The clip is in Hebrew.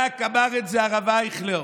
אמר הרב אייכלר: